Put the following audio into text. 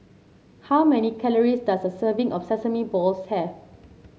how many calories does a serving of Sesame Balls have